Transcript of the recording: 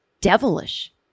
devilish